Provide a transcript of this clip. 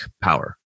power